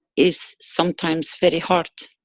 is sometimes very hard,